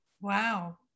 Wow